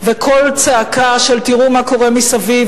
וכל צעקה של "תראו מה קורה מסביב,